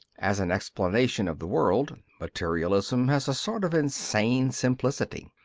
as an explanation of the world, materialism has a sort of insane simplicity.